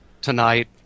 tonight